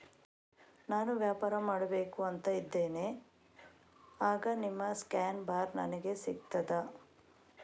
ನಾನು ವ್ಯಾಪಾರ ಮಾಡಬೇಕು ಅಂತ ಇದ್ದೇನೆ, ಆಗ ನಿಮ್ಮ ಸ್ಕ್ಯಾನ್ ಬಾರ್ ನನಗೆ ಸಿಗ್ತದಾ?